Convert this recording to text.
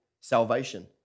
salvation